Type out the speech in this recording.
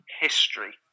history